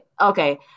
Okay